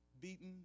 beaten